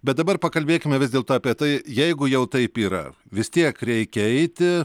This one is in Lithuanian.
bet dabar pakalbėkime vis dėlto apie tai jeigu jau taip yra vis tiek reikia eiti